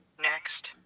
Next